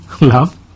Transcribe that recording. Love